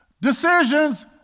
decisions